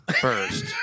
first